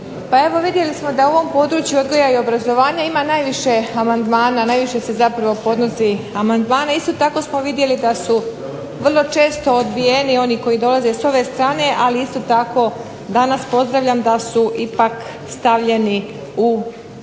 evo vidjeli smo da u ovom području odgoja i obrazovanja ima najviše amandmana, najviše se podnosi amandmana, također vidjeli smo da su vrlo često odbijeni oni koji dolaze s ove strane ali isto tako danas pozdravljam da su ipak stavljeni u postali